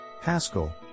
Haskell